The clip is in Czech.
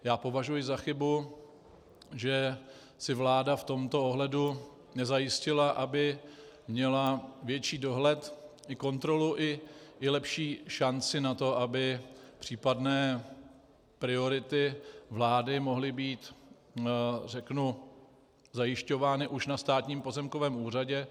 Já považuji za chybu, že si vláda v tomto ohledu nezajistila, aby měla větší dohled i kontrolu i lepší šanci na to, aby případné priority vlády mohly být zajišťovány už na Státním pozemkovém úřadě.